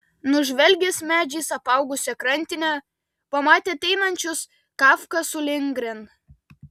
nužvelgęs medžiais apaugusią krantinę pamatė ateinančius kafką su lindgren